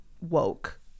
woke